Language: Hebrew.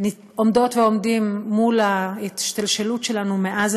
עומדות ועומדים מול ההשתלשלות שלנו מאז